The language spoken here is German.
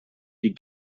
die